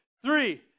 three